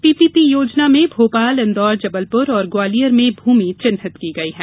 PPP योजना में भोपाल इंदौर जबलपुर एवं ग्वालियर में भूमि चिन्हित की गई है